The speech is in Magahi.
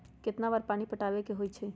कितना बार पानी पटावे के होई छाई?